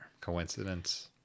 coincidence